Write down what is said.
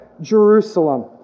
Jerusalem